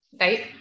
Right